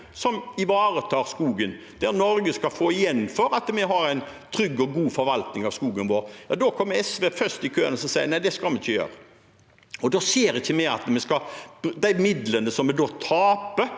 som ivaretar skogen, der Norge skal få igjen for at vi har en trygg og god forvaltning av skogen vår. Da kommer SV først i køen og sier at nei, det skal vi ikke gjøre. De midlene som vi da taper,